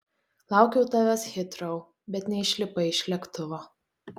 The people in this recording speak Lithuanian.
laukiau tavęs hitrou bet neišlipai iš lėktuvo